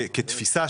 כתפיסה,